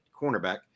cornerback